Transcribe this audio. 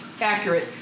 accurate